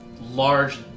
large